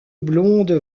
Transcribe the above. blonde